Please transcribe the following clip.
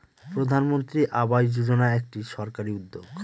প্রধানমন্ত্রী আবাস যোজনা একটি সরকারি উদ্যোগ